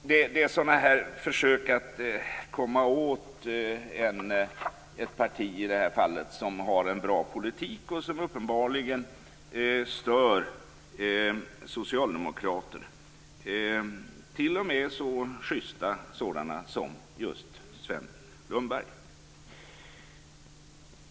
Det här är försök att komma åt moderaterna - ett parti som har en bra politik och som uppenbarligen stör socialdemokrater, t.o.m. så schysta sådana som Herr talman!